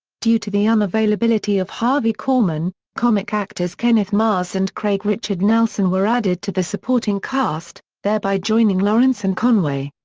due to the unavailability of harvey korman, comic actors kenneth mars and craig richard nelson were added to the supporting cast, thereby joining lawrence and conway.